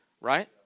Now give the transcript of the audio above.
right